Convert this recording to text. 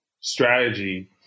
strategy